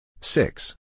Six